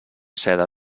seda